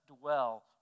dwell